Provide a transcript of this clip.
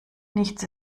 nichts